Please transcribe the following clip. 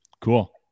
Cool